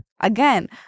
Again